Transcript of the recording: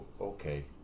Okay